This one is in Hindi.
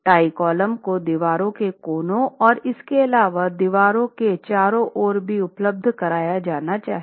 टाई कॉलम को दीवारों के कोनों और इसके अलावा दीवारों के चौराहों पर भी उपलब्ध कराया जाना चाहिए